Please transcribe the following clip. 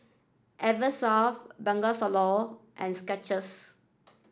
Eversoft Bengawan Solo and Skechers